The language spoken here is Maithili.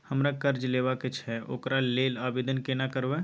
हमरा कर्जा लेबा के छै ओकरा लेल आवेदन केना करबै?